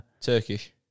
Turkish